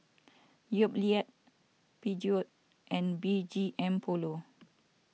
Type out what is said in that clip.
Yoplait Peugeot and B G M Polo